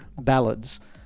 ballads